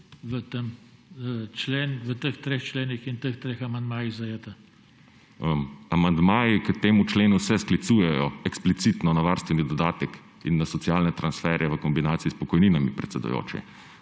v teh treh členih in teh treh amandmajih. MIHA KORDIŠ (PS Levica): Amandmaji k temu členu se sklicujejo eksplicitno na varstveni dodatek in na socialne transferje v kombinaciji s pokojninami, predsedujoči.